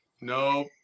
No